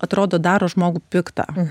atrodo daro žmogų piktą